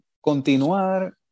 continuar